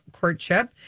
courtship